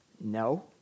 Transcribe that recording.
No